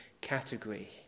category